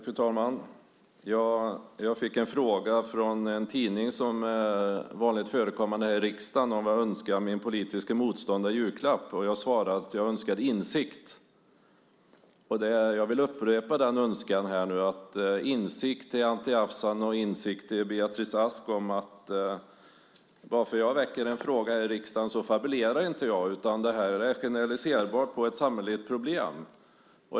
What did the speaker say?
Fru talman! Jag fick en fråga från en tidning, vanligt förekommande här i riksdagen, om vad jag önskade min politiske motståndare i julklapp. Jag svarade att jag önskade insikt. Jag vill upprepa den önskan om insikt till Anti Avsan och till Beatrice Ask. När jag ställer en fråga här i riksdagen så fabulerar jag inte. Det här är ett generaliserbart samhälleligt problem.